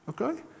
Okay